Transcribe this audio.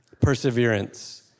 perseverance